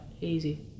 easy